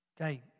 Okay